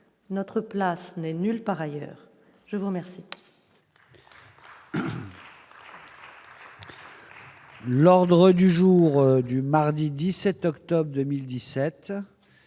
notre place n'est nulle part ailleurs, je vous remercie.